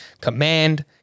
command